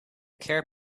care